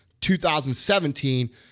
2017